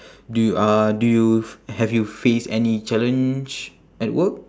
do uh do have you faced any challenge at work